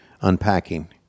unpacking